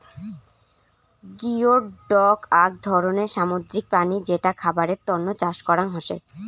geoduck আক ধরণের সামুদ্রিক প্রাণী যেটা খাবারের তন্ন চাষ করং হসে